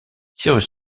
cyrus